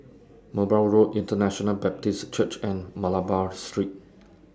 Merbau Road International Baptist Church and Malabar Street